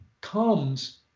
comes